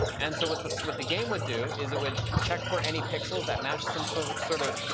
and so what the what the game would do is, it would check for any pixels that matched some so sort of